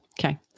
Okay